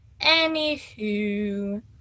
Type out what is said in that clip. anywho